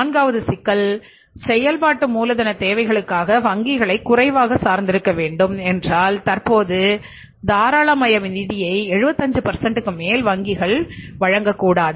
நான்காவது சிக்கல் செயல்பாட்டு மூலதனத் தேவைகளுக்காக வங்கிகளை குறைவாக சார்ந்து இருக்க வேண்டும் என்றால் தற்போது தாராளமய நிதியை 75 க்கு மேல் வங்கிகள் வழங்கக்கூடாது